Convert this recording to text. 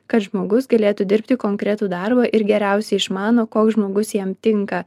kad žmogus galėtų dirbti konkretų darbą ir geriausiai išmano koks žmogus jam tinka